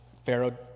Pharaoh